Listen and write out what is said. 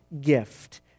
gift